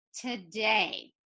today